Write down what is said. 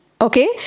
Okay